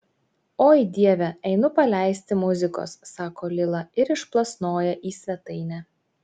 oi dieve einu paleisti muzikos sako lila ir išplasnoja į svetainę